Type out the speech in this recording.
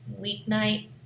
weeknight